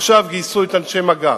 עכשיו גייסו שוטרי מג"ב,